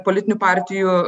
politinių partijų